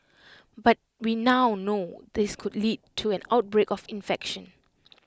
but we now know this could lead to an outbreak of infection